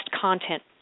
content